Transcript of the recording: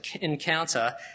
encounter